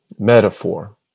metaphor